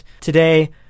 Today